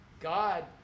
God